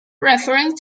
referring